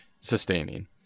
sustaining